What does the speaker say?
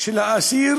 של האסיר